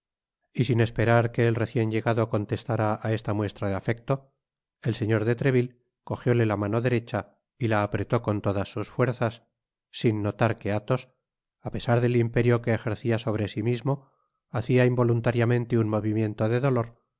y sin esperar que el recien llegado contestara á esta muestra de afecto el señor de treville cogióle la mano derecha y la apretó con todas sus fuerzas sin notar que athos apesar del imperio que ejercia sobre si mismo hacia involuntariamente un movimiento de dolor